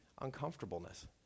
uncomfortableness